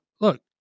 look